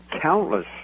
countless